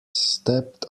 stepped